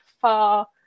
far